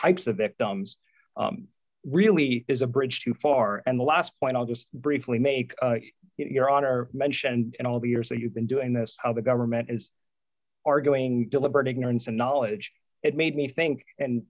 types of victims really is a bridge too far and the last point i'll just briefly make your honor mention and all the years that you've been doing this how the government is arguing deliberate ignorance and knowledge it made me think